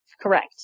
Correct